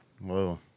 whoa